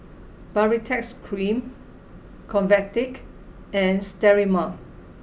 baritex cream Convatec and Sterimar